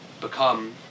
become